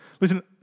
Listen